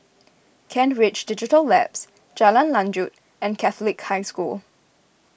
Kent Ridge Digital Labs Jalan Lanjut and Catholic High School